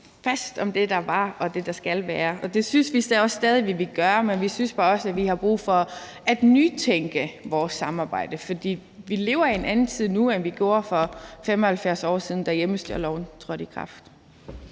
fast om det, der var, og det, der skal være, og det synes vi også stadig vi vil gøre. Men vi synes bare også, at vi har brug for at nytænke vores samarbejde. For vi lever i en anden tid nu, end vi gjorde for 75 år siden, da hjemmestyreloven trådte i kraft.